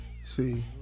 See